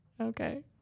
Okay